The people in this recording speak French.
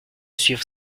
suivre